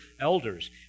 elders